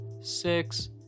six